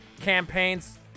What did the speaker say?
campaigns